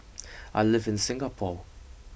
I live in Singapore